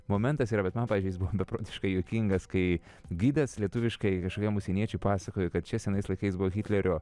momentas yra bet man pavyzdžiui jis buvo beprotiškai juokingas kai gidas lietuviškai kažkokiam užsieniečiui pasakojo kad čia senais laikais buvo hitlerio